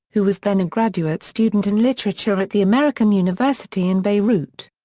who was then a graduate student in literature at the american university in beirut.